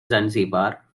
zanzibar